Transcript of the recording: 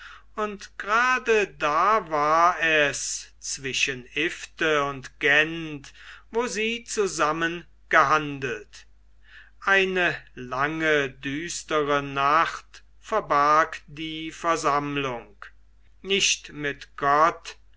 und grade da war es zwischen ifte und gent wo sie zusammen gehandelt eine lange düstere nacht verbarg die versammlung nicht mit gott